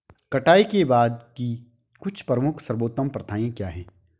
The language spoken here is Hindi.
कटाई के बाद की कुछ प्रमुख सर्वोत्तम प्रथाएं क्या हैं?